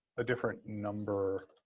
a different number.